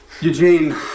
Eugene